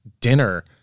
dinner